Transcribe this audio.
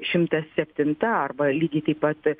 šimtas septinta arba lygiai taip pat